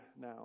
now